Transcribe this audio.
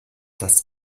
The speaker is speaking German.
das